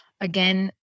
again